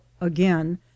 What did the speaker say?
again